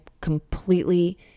completely